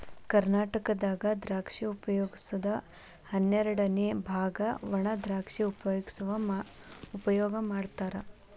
ಕರ್ನಾಟಕದಾಗ ದ್ರಾಕ್ಷಿ ಉಪಯೋಗದ ಹನ್ನೆರಡಅನೆ ಬಾಗ ವಣಾದ್ರಾಕ್ಷಿ ಉಪಯೋಗ ಮಾಡತಾರ